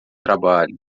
trabalho